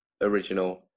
original